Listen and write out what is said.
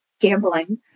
Gambling